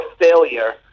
failure